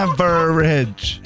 Average